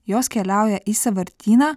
jos keliauja į sąvartyną